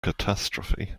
catastrophe